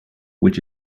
which